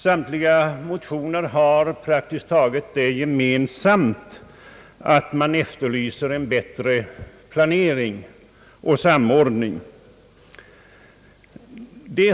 Praktiskt taget samtliga motioner har det gemensamt att man efterlyser en bättre planering och samordning.